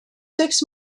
six